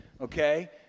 okay